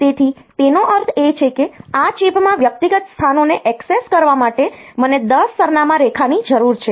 તેથી તેનો અર્થ એ છે કે આ ચિપમાં વ્યક્તિગત સ્થાનોને ઍક્સેસ કરવા માટે મને 10 સરનામાં રેખાઓની જરૂર છે